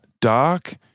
dark